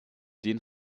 den